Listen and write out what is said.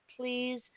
please